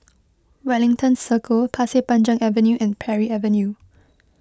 Wellington Circle Pasir Panjang Avenue and Parry Avenue